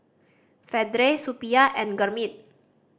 Vedre Suppiah and Gurmeet